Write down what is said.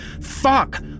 Fuck